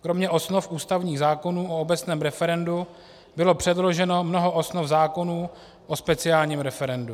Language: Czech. Kromě osnov ústavních zákonů o obecném referendu bylo předloženo mnoho osnov zákonů o speciálním referendu.